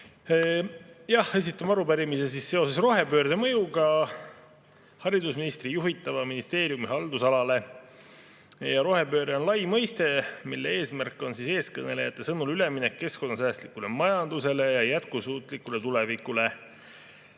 Jah, esitasime arupärimise seoses rohepöörde mõjuga haridusministri juhitava ministeeriumi haldusalale. Rohepööre on lai mõiste. Eesmärk on eestkõnelejate sõnul üleminek keskkonnasäästlikule majandusele ja jätkusuutlikule tulevikule.